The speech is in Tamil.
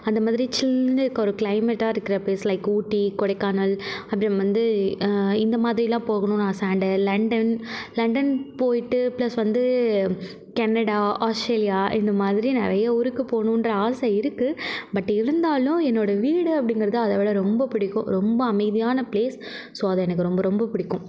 அந்த மாதிரி சில்லுனு இருக்க ஒரு கிளைமேட்டாக இருக்கிற ப்ளேஸ் லைக் ஊட்டி கொடைக்கானல் அப்புறம் வந்து இந்த மாதிரிலாம் போகுனுன்னு ஆசை அண்டு லண்டன் லண்டன் போயிட்டு பிளஸ் வந்து கன்னடா ஆஸ்ட்ரேலியா இந்த மாதிரி நிறைய ஊருக்கு போகனுன்ற ஆசை இருக்கு பட் இருந்தாலும் என்னோட வீடு அப்படிங்கிறது அதை விட ரொம்ப பிடிக்கும் ரொம்ப அமைதியான ப்ளேஸ் ஸோ அது எனக்கு ரொம்ப ரொம்ப பிடிக்கும்